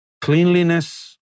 cleanliness